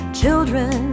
children